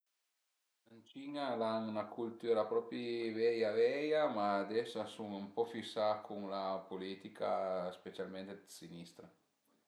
Ën cina al an 'na cultüra propi veia veia, ma ades a sun ën po fisà cun la politica specialment dë sinistra